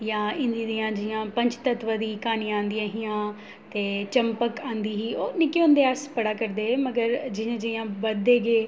जां हिन्दी दियां जि'यां पंचतत्व दी क्हानियां औंदियां हियां ते चंपक औंदी ही ओह् निक्के होंदे अस पढ़ै करदे हे मगर जि'यां जि'यां बधदे गे